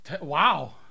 Wow